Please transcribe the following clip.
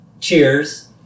Cheers